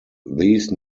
these